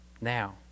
Now